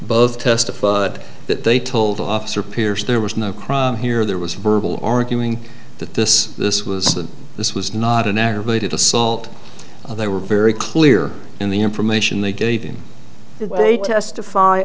both testified that they told officer pierce there was no crime here there was verbal arguing that this this was that this was not an aggravated assault they were very clear in the information they gave him that they testify